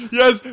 yes